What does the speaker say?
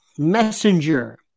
messenger